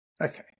Okay